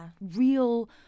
real